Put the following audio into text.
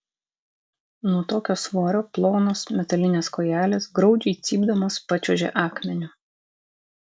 nuo tokio svorio plonos metalinės kojelės graudžiai cypdamos pačiuožė akmeniu